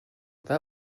that